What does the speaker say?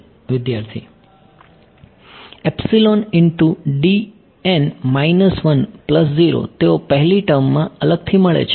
વિદ્યાર્થી epsilon into D n minus 1 plus 0 તેઓ પહેલી ટર્મમાં અલગથી મળે છે